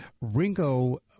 Ringo